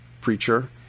preacher